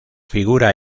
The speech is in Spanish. figura